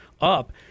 up